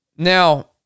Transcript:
Now